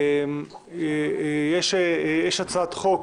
יש הצעת חוק